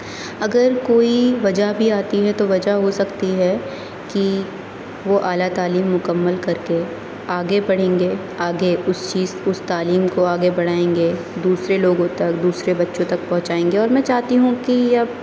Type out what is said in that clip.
اگر کوئی وجہ بھی آتی ہے تو وجہ ہو سکتی ہے کہ وہ اعلیٰ تعلیم مکمل کر کے آگے بڑھیں گے آگے اس چیز اس تعلیم کو آگے بڑھائیں گے دوسرے لوگوں تک دوسرے بچوں تک پہنچائیں گے اور میں چاہتی ہوں کہ اب